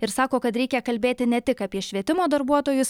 ir sako kad reikia kalbėti ne tik apie švietimo darbuotojus